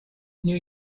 new